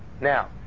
Now